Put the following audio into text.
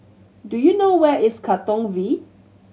do you know where is Katong V